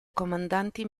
comandanti